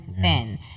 thin